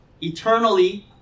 eternally